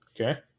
Okay